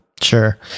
Sure